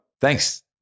Thanks